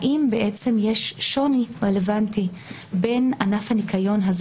האם בעצם יש שוני רלוונטי בין ענף הניקיון הזה